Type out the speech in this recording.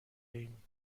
ایم